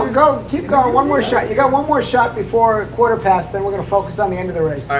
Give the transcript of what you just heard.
ah go. keep going. one more shot. you've got one more shot before a quarter past. then we're gonna focus on the end of the race.